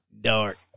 dark